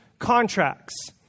contracts